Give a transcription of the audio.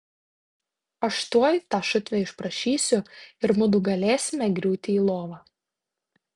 aš tuoj tą šutvę išprašysiu ir mudu galėsime griūti į lovą